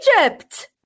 Egypt